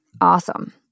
awesome